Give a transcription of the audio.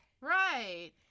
Right